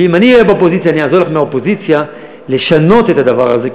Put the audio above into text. ואם אני אהיה באופוזיציה אני אעזור לך מהאופוזיציה לשנות את הדבר הזה,